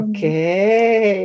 Okay